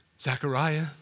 Zechariah